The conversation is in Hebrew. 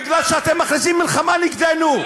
בגלל שאתם מכריזים מלחמה נגדנו,